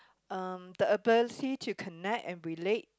um the ability to connect and relate